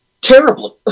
terribly